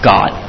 God